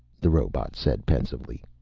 the robot said pensively.